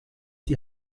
die